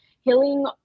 Healing